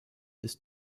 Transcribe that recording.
ist